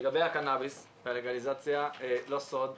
לגבי הקנאביס והלגליזציה זה לא סוד,